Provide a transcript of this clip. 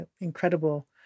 incredible